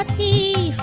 the